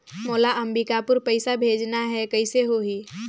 मोला अम्बिकापुर पइसा भेजना है, कइसे होही?